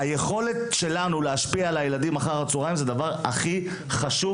היכולת שלנו להשפיע על הילדים אחר הצוהריים זה הדבר הכי חשוב,